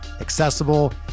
accessible